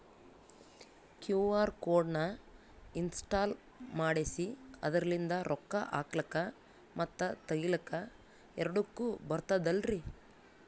QR code ನ install ಮಾಡೆಸಿ ಅದರ್ಲಿಂದ ರೊಕ್ಕ ಹಾಕ್ಲಕ್ಕ ಮತ್ತ ತಗಿಲಕ ಎರಡುಕ್ಕು ಬರ್ತದಲ್ರಿ?